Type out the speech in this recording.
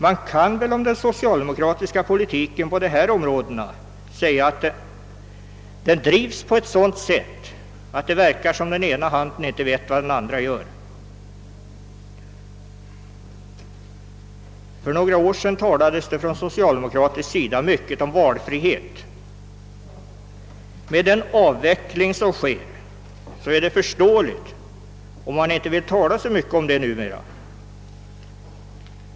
Man kan väl om den socialdemokratiska politiken på dessa områden säga att den drivs på ett sådant sätt att det verkar som om den ena handen inte vet vad den andra gör. För några år sedan talades det från socialdemokratiskt håll mycket om valfrihet. Med den avveckling som sker är det förståeligt om man inte vill tala så mycket om det numera.